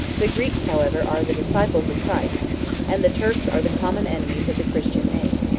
the greeks, however, are the disciples of christ and the turks are the common enemies of the christian name.